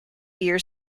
year